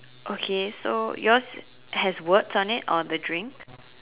okay so yours has words on it on the drink